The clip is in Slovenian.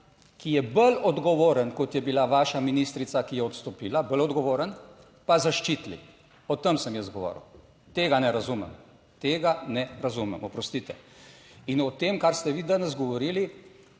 ki je bolj odgovoren kot je bila vaša ministrica, ki je odstopila, bolj odgovoren, pa zaščitili. O tem sem jaz govoril. Tega ne razumem, tega ne razumem, oprostite. In o tem, kar ste vi danes govorili,